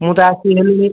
ମୁଁ ତ ଆସି ହେଲିଣି